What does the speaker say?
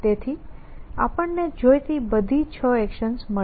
તેથી આપણને જોઈતી બધી 6 એક્શન્સ મળી